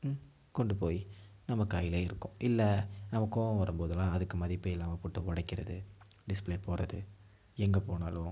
கொண்டு போய் நம்ம கையிலியே இருக்கும் இல்லை நமக்கு கோபம் வரும் போதெல்லாம் அதுக்கு மதிப்பே இல்லாமல் போட்டு உடைக்கிறது டிஸ்பிளே போகிறது எங்கே போனாலும்